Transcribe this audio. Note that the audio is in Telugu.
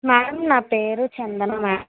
మ్యాడం నా పేరు చందన మ్యాడం